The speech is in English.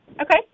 Okay